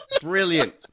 Brilliant